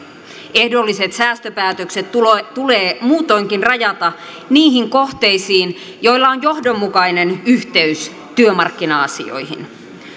ehdolliset säästöpäätökset tulee tulee muutoinkin rajata niihin kohteisiin joilla on johdonmukainen yhteys työmarkkina asioihin